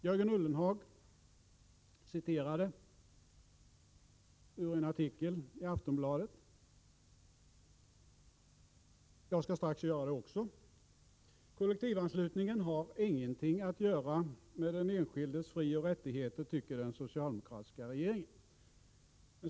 Jörgen Ullenhag citerade ur en artikel i Aftonbladet. Jag skall strax göra det också. Kollektivanslutningen har ingenting att göra med den enskildes frioch rättigheter, tycker den socialdemokratiska regeringen.